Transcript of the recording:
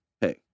hey